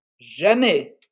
jamais